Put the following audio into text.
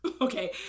Okay